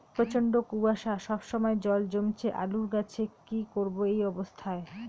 প্রচন্ড কুয়াশা সবসময় জল জমছে আলুর গাছে কি করব এই অবস্থায়?